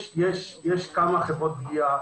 יש כמה חברות גבייה.